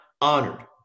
honored